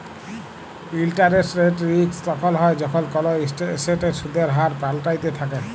interest rate risk তখল হ্যয় যখল কল এসেটের সুদের হার পাল্টাইতে থ্যাকে